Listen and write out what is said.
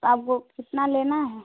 आपको कितना लेना है